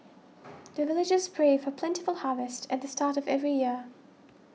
the villagers pray for plentiful harvest at the start of every year